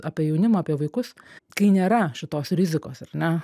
apie jaunimą apie vaikus kai nėra šitos rizikos ar ne